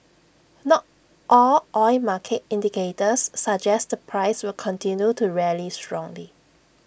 not all oil market indicators suggest the price will continue to rally strongly